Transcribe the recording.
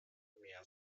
mehr